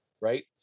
right